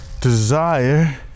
desire